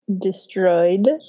Destroyed